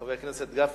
חבר הכנסת גפני?